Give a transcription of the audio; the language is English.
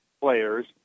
players